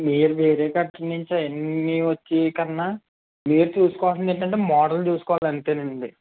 మీరు మీరు వేరే దగ్గర నుంచి అవన్నీ వచ్చేకన్నా మెయిన్ చూసుకోవల్సిందేంటంటే మోడల్ చూసుకోవాలి అంతేనండి